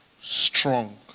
strong